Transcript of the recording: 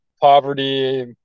poverty